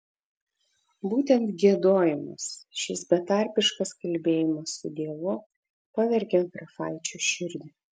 būtent giedojimas šis betarpiškas kalbėjimas su dievu pavergė grafaičio širdį